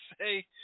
say